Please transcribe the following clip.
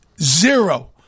zero